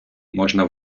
можна